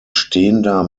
stehender